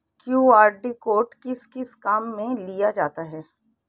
QR code किस किस काम में लिया जाता है?